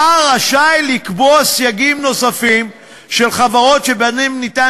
השר רשאי לקבוע סייגים נוספים של חברות שבהן ניתן